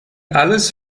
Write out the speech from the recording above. alles